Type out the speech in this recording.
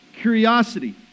curiosity